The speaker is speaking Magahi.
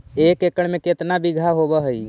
एक एकड़ में केतना बिघा होब हइ?